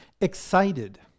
Excited